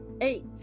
eight